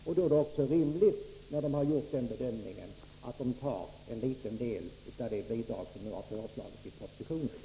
När kommunerna har gjort denna bedömning är det också rimligt att de svarar för en liten del av det bidrag som har föreslagits i propositionen.